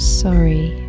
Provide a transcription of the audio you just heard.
sorry